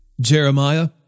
Jeremiah